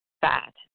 fat